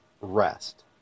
Rest